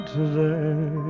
today